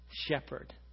shepherd